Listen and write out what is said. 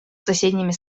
соседними